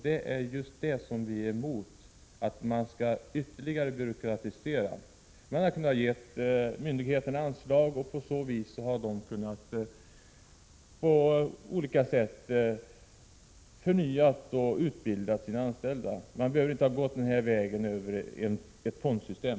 Det är just den vägen som vi i centerpartiet går emot, eftersom den innebär ytterligare byråkratisering. Myndigheterna kunde ha fått anslaget och därigenom på olika sätt förnyat och utbildat sina anställda. Man behöver inte gå vägen över ett fondsystem.